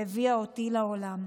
והביאה אותי לעולם...